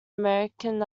american